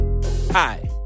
Hi